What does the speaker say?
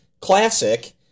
Classic